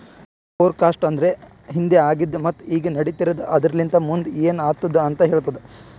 forecast ಅಂದುರ್ ಹಿಂದೆ ಆಗಿದ್ ಮತ್ತ ಈಗ ನಡಿತಿರದ್ ಆದರಲಿಂತ್ ಮುಂದ್ ಏನ್ ಆತ್ತುದ ಅಂತ್ ಹೇಳ್ತದ